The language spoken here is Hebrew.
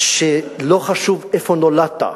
שלא חשוב איפה נולדת,